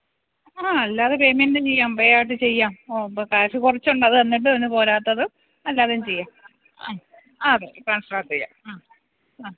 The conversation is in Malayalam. ആ അല്ലാതെ പെയ്മെൻ്റും ചെയ്യാം പേയാട്ട് ചെയ്യാം അപ്പോൾ കാശ് കുറച്ചുണ്ട് അത് എന്നിട്ട് അത് പോരാത്തത് അല്ലാതെയും ചെയ്യാം അ അതെ അതെ ട്രാൻസ്ട്രാറ്റ് ചെയ്യാം ആ ആ